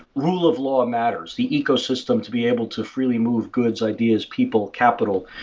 rule of law matters, the ecosystem to be able to freely move goods, ideas, people, capital.